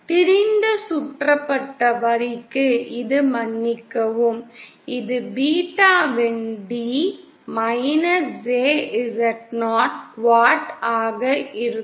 திறந்த சுற்றப்பட்ட வரிக்கு இது மன்னிக்கவும் இது பீட்டாவின் d jZo quat ஆக இருக்கும்